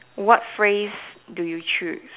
what phrase do you choose